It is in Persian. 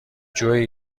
جویی